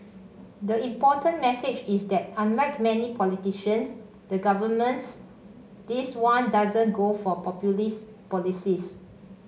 the important message is that unlike many politicians the governments this one doesn't go for populist policies